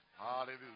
hallelujah